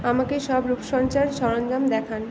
আমাকে সব রূপসজ্জার সরঞ্জাম দেখান